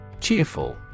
Cheerful